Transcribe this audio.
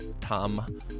Tom